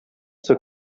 zur